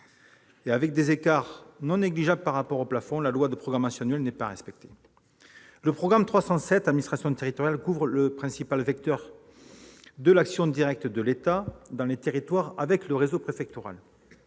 Avec des écarts non négligeables par rapport aux plafonds, la loi de programmation pluriannuelle n'est pas respectée. Le programme 307, « Administration territoriale », couvre le principal vecteur de l'action directe de l'État dans les territoires avec le réseau préfectoral.